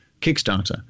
Kickstarter